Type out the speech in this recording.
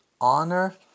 honor